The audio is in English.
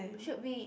should be